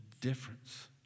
difference